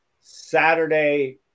Saturday